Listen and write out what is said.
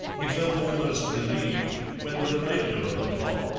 he felt almost relieved when the remainder of the flock,